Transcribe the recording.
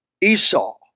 Esau